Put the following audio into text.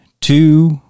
two